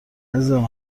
عزیزم